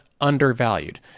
undervalued